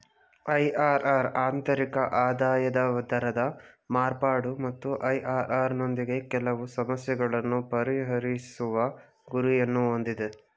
IRR ಆಂತರಿಕ ಆದಾಯದ ದರದ ಮಾರ್ಪಾಡು ಮತ್ತು ಐ.ಆರ್.ಆರ್ ನೊಂದಿಗೆ ಕೆಲವು ಸಮಸ್ಯೆಗಳನ್ನು ಪರಿಹರಿಸುವ ಗುರಿಯನ್ನು ಹೊಂದಿದೆ